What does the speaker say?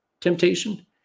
temptation